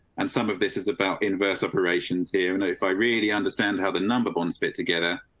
and some of this is about inverse operations here, and if i really understand how the number bonds bit together,